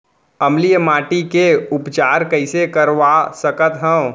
अम्लीय माटी के उपचार कइसे करवा सकत हव?